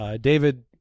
David